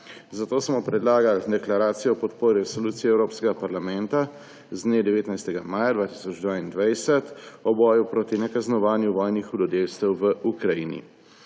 Zato smo predlagali deklaracijo o podpori Resoluciji Evropskega parlamenta z dne 19. maja 2022 o boju proti nekaznovanju vojnih hudodelstev v Ukrajini.